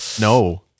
No